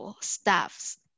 staffs